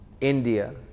India